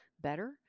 better